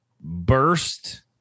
burst